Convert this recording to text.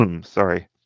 Sorry